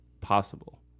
possible